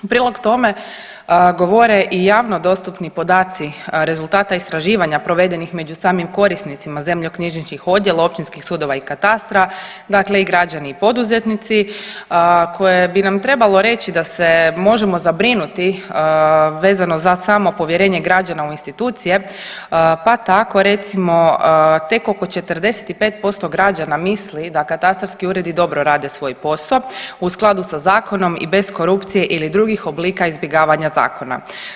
U prilog tome govore i javno dostupni podaci rezultata istraživanja provedenih među samim korisnicima zemljišnoknjižnih odjela općinskih sudova i katastra, dakle i građani i poduzetnici, koje bi nam trebalo reći da se možemo zabrinuti vezano za samo povjerenje građana u institucije, pa tako recimo tek oko 45% građana misli da katastarski uredi dobro rade svoj posao u skladu sa zakonom i bez korupcije ili drugih oblika izbjegavanja zakona.